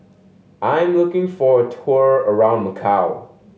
I'm looking for a tour around Macau